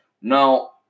Now